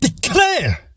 declare